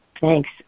Thanks